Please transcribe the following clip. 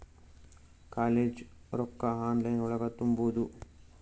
College ರೊಕ್ಕ online ಒಳಗ ತುಂಬುದು?